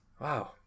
Wow